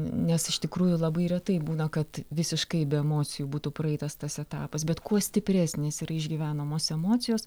nes iš tikrųjų labai retai būna kad visiškai be emocijų būtų praeitas tas etapas bet kuo stipresnės yra išgyvenamos emocijos